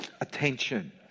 Attention